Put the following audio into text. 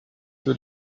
wird